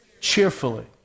Cheerfully